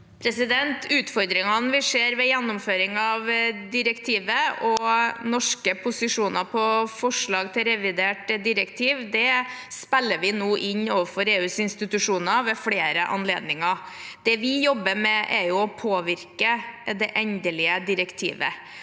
Utfordringene vi ser ved gjennomføringen av direktivet og norske posisjoner på forslag til revidert direktiv, spiller vi nå inn overfor EUs institusjoner ved flere anledninger. Det vi jobber med, er å påvirke det endelige direktivet.